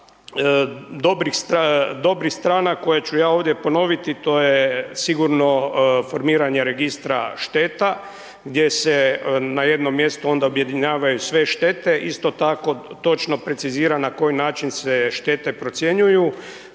dobrih strana, koje ću ja ovdje ponoviti, to je sigurno formiranje Registra šteta, gdje se na jednom mjestu onda objedinjavaju sve štete, isto tako, točno precizira na koji način se štete procjenjuju,